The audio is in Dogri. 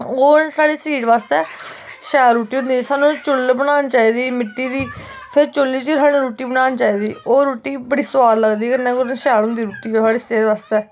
ओह् साढ़े शरीर बास्तै शैल रुट्टी होंदी सानू छुल्ल बनानी चाहिदी मिट्टी दी फिर चुल्ली च गै सानू रुट्टी बनानी चाहिदी ओह् रुट्टी सोआद लगदी कन्नै शैल होंदी रुट्टी ओह् सेह्त आस्तै